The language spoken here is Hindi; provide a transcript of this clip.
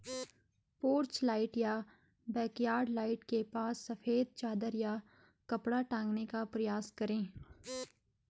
पोर्च लाइट या बैकयार्ड लाइट के पास सफेद चादर या कपड़ा टांगने का प्रयास करें